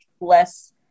less